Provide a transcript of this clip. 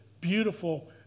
beautiful